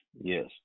Yes